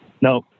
No